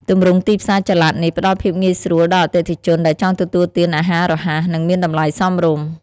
ទម្រង់ទីផ្សារចល័តនេះផ្តល់ភាពងាយស្រួលដល់អតិថិជនដែលចង់ទទួលទានអាហាររហ័ស និងមានតម្លៃសមរម្យ។